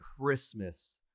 Christmas